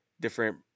different